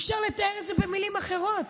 אי-אפשר לתאר את זה במילים אחרות.